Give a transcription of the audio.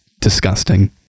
disgusting